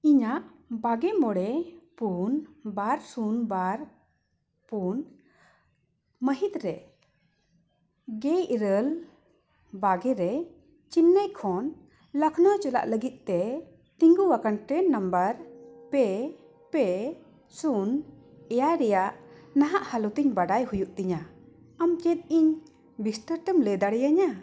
ᱤᱧᱟᱹᱜ ᱵᱟᱜᱮ ᱢᱚᱬᱮ ᱥᱩᱱ ᱵᱟᱨ ᱥᱩᱱ ᱵᱟᱨ ᱯᱩᱱ ᱢᱟᱹᱦᱤᱛ ᱨᱮ ᱜᱮ ᱤᱨᱟᱹᱞ ᱵᱟᱜᱮ ᱨᱮ ᱪᱮᱱᱱᱟᱭ ᱠᱷᱚᱱ ᱞᱚᱠᱷᱱᱳ ᱪᱟᱞᱟᱜ ᱞᱟᱹᱜᱤᱫ ᱛᱮ ᱛᱤᱸᱜᱩ ᱟᱠᱟᱱ ᱴᱨᱮᱹᱱ ᱱᱟᱢᱵᱟᱨ ᱯᱮ ᱯᱮ ᱥᱩᱱ ᱮᱭᱟᱭ ᱨᱮᱱᱟᱜ ᱱᱟᱦᱟᱜ ᱦᱟᱞᱚᱛ ᱤᱧ ᱵᱟᱰᱟᱭ ᱦᱩᱭᱩᱜ ᱛᱤᱧᱟ ᱟᱢ ᱪᱮᱫ ᱤᱧ ᱵᱤᱥᱛᱟᱨ ᱛᱮᱢ ᱞᱟᱹᱭ ᱫᱟᱲᱮ ᱤᱧᱟ